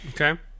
Okay